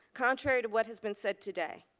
contrary to what has been said today,